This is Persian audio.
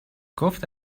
گفت